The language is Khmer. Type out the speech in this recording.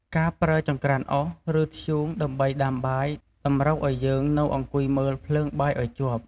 ការប្រើចង្រ្កានអុស ឬ ធ្យូងដើម្បីដាំបាយ តម្រូវឱ្យយើងនៅអង្គុយមើលភ្លើងបាយឱ្យជាប់។